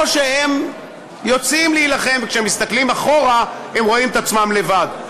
או שהם יוצאים להילחם וכשהם מסתכלים אחורה הם רואים את עצמם לבד.